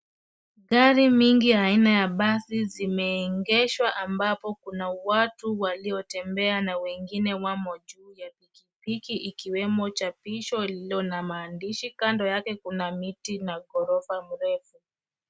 Gari mingi aina ya basi zimeegeshwa ambapo kuna watu waliotembea na wengine wamo juu ya pikipiki ikiwemo chapisho lililo na maandishi kando yake kuna miti na ghorofa mirefu.